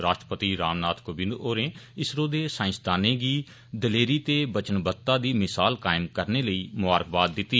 राष्ट्रपति रामनाथ कोविंद होरें इसरो दे सांईसदानें गी दलेरी ते वचनबद्वता दी मिसाल कायम करने लेई मुबारकबाद दित्ती